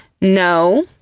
no